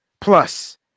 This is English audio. Plus